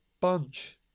bunch